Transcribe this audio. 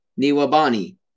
Niwabani